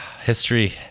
History